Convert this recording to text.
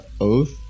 oath